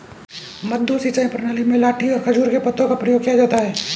मद्दू सिंचाई प्रणाली में लाठी और खजूर के पत्तों का प्रयोग किया जाता है